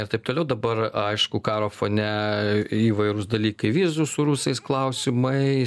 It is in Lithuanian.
ir taip toliau dabar aišku karo fone įvairūs dalykai vizų su rusais klausimai